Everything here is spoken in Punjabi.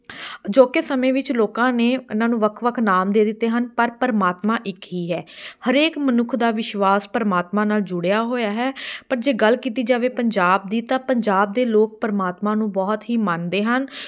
ਅਜੋਕੇ ਸਮੇਂ ਵਿੱਚ ਲੋਕਾਂ ਨੇ ਇਹਨਾਂ ਨੂੰ ਵੱਖ ਵੱਖ ਨਾਮ ਦੇ ਦਿੱਤੇ ਹਨ ਪਰ ਪਰਮਾਤਮਾ ਇੱਕ ਹੀ ਹੈ ਹਰੇਕ ਮਨੁੱਖ ਦਾ ਵਿਸ਼ਵਾਸ ਪਰਮਾਤਮਾ ਨਾਲ ਜੁੜਿਆ ਹੋਇਆ ਹੈ ਪਰ ਜੇ ਗੱਲ ਕੀਤੀ ਜਾਵੇ ਪੰਜਾਬ ਦੀ ਤਾਂ ਪੰਜਾਬ ਦੇ ਲੋਕ ਪਰਮਾਤਮਾ ਨੂੰ ਬਹੁਤ ਹੀ ਮੰਨਦੇ ਹਨ